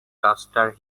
custer